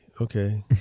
Okay